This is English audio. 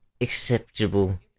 acceptable